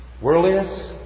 worldliness